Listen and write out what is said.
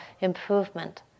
improvement